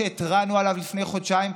שהתרענו עליו לפני חודשיים,